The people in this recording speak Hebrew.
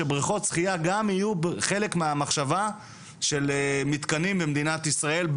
שבריכות שחיה גם יהיו חלק מהמחשבה של מתקנים במדינת ישראל,